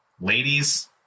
ladies